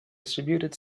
distributed